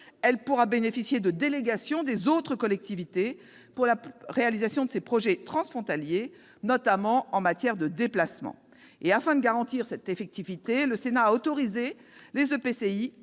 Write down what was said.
Elle pourra bénéficier de délégations des autres collectivités pour la réalisation des projets transfrontaliers, notamment en matière de déplacements. Afin de garantir son effectivité, le Sénat a autorisé les EPCI